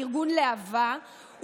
לארגון להב"ה,